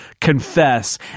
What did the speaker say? confess